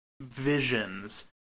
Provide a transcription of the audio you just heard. visions